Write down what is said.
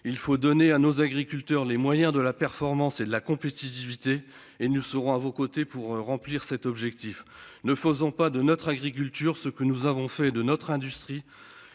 Il faut donner à nos agriculteurs les moyens de la performance et de la compétitivité et nous serons à vos côtés pour remplir cet objectif. Ne faisons pas de notre agriculture. Ce que nous avons fait de notre industrie.